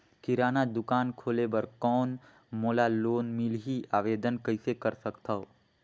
किराना दुकान खोले बर कौन मोला लोन मिलही? आवेदन कइसे कर सकथव?